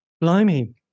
Blimey